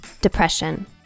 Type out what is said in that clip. depression